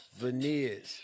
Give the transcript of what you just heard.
veneers